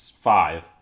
five